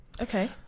Okay